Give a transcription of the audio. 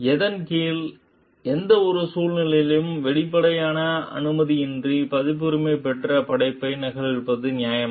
எதன் கீழ் எந்தவொரு சூழ்நிலையிலும் வெளிப்படையான அனுமதியின்றி பதிப்புரிமை பெற்ற படைப்பை நகலெடுப்பது நியாயமா